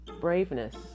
braveness